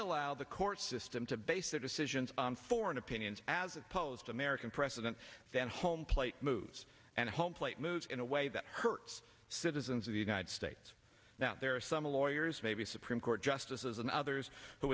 allow the court system to base their decisions on foreign opinions as opposed to american precedent that home plate moves and home plate moves in a way that hurts citizens of the united states now there are some lawyers maybe supreme court justices and others who